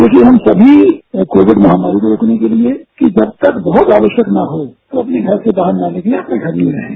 देखिए हम सभी को कोविड महामारी को रोकने के लिए कि जब तक बहुत आवश्यक न हो अपने घर से बाहर न निकलें अपने घर में ही रहें